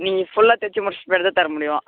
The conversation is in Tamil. நீங்கள் ஃபுல்லாக தச்சு முடித்த பின்னாடி தான் தர முடியும்